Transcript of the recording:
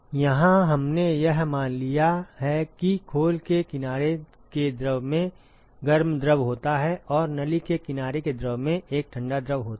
यहाँ हमने यह मान लिया है कि खोल के किनारे के द्रव में गर्म द्रव होता है और नली के किनारे के द्रव में एक ठंडा द्रव होता है